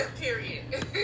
Period